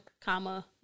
comma